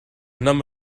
number